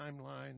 timeline